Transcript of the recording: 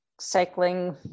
cycling